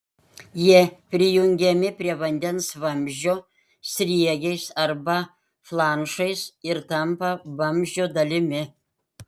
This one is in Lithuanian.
jie prijungiami prie vandens vamzdžio sriegiais arba flanšais ir tampa vamzdžio dalimi